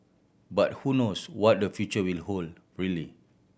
but who knows what the future will hold really